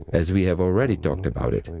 as we have already talked about it. and